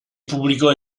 pubblicò